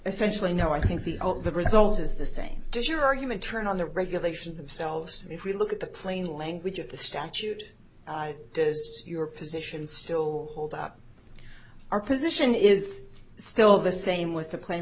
essentially no i think the the result is the same does your argument turn on the regulations themselves and if we look at the plain language of the statute does your position still hold up our position is still the same with the plai